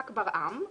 ח"כ ברעם,